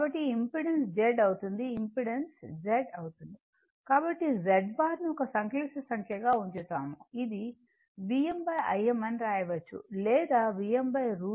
కాబట్టి impedance Z అవుతుంది impedance Z అవుతుంది కాబట్టి Z బార్ను ఒక సంక్లిష్ట సంఖ్యగా ఉంచుతాము ఇది VmIm అని రాయవచ్చు లేదా Vm√ 2 Im√ 2